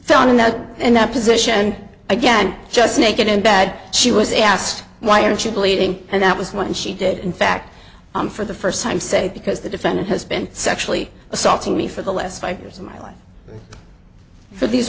found in that in that position and again just naked in bad she was asked why aren't you bleeding and that was what she did in fact i'm for the first time say because the defendant has been sexually assaulting me for the last five years of my life for these